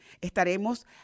Estaremos